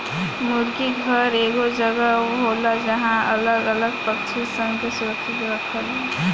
मुर्गी घर एगो जगह होला जहां अलग अलग पक्षी सन के सुरक्षित रखाला